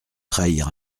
trahir